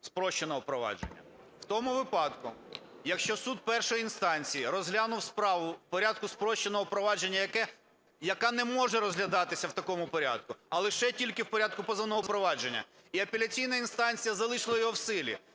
спрощеного провадження. В тому випадку, якщо суд першої інстанції розглянув справу в порядку спрощеного провадження, яка не може розглядатися в такому порядку, а лише тільки в порядку позовного провадження, і апеляційна інстанція залишила його в силі,